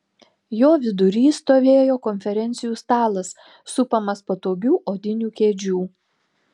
jo vidury stovėjo konferencijų stalas supamas patogių odinių kėdžių